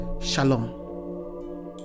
Shalom